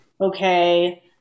okay